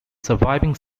surviving